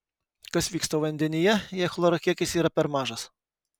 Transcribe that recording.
kas vyksta vandenyje jei chloro kiekis yra per mažas